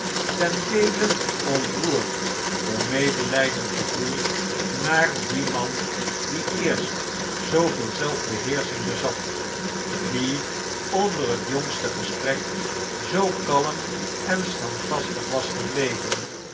ten deele ontroerd door medelijdend gevoel naar dien man die eerst zooveel zelfbeheersching bezat die onder het jongste gesprek zoo kalm en stand vastig was gebleven